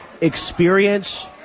Experience